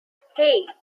hey